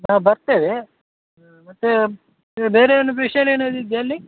ನಾವು ಬರ್ತೇವೆ ಮತ್ತೆ ಬೇರೆ ಏನು ಸ್ಪೆಷಲ್ ಏನು ಇದೆಯಾ ಅಲ್ಲಿ